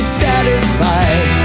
satisfied